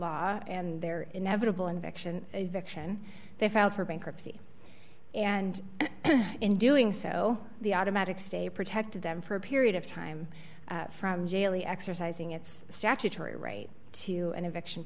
law and their inevitable invention action they filed for bankruptcy and in doing so the automatic stay protected them for a period of time from jail exercising its statutory right to an effect